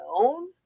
known